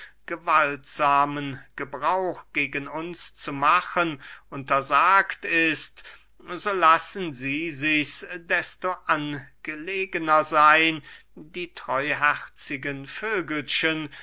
gewaltsamen gebrauch gegen uns zu machen untersagt ist so lassen sie sichs desto angelegener seyn die treuherzigen vögelchen